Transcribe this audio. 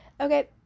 Okay